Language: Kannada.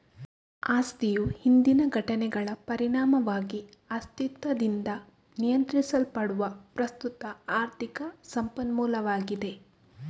ಆಸ್ತಿಯು ಹಿಂದಿನ ಘಟನೆಗಳ ಪರಿಣಾಮವಾಗಿ ಅಸ್ತಿತ್ವದಿಂದ ನಿಯಂತ್ರಿಸಲ್ಪಡುವ ಪ್ರಸ್ತುತ ಆರ್ಥಿಕ ಸಂಪನ್ಮೂಲವಾಗಿದೆ